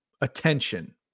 attention